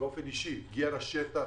באופן אישי הגיעה לשטח,